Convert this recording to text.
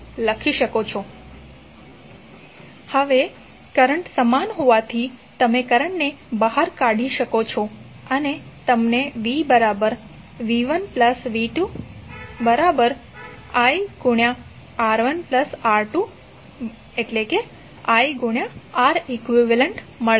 હવે કરંટ સમાન હોવાથી તમે કરંટને બહાર કાઢી શકો છો અને તમનેvv1v2iR1R2iReq મળશે